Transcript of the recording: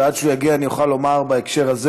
ועד שהוא יגיע אני אוכל לומר בהקשר הזה